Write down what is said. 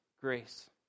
grace